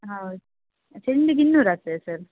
ಹೌದು ಚೆಂಡಿಗ್ ಇನ್ನೂರು ಆಗ್ತದೆ ಸಾರ್